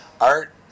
Art